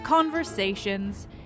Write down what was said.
Conversations